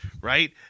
Right